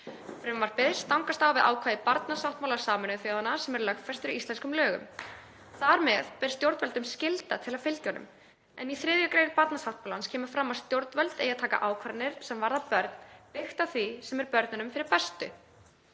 Frumvarpið stangast á við ákvæði í barnasáttmála Sameinuðu þjóðanna sem er lögfestur í íslenskum lögum. Þar með ber stjórnvöldum skylda til að fylgja honum. En í 3. gr. barnasáttmálans kemur fram að stjórnvöld eigi að taka ákvarðanir sem varða börn byggt á því sem er börnunum fyrir bestu.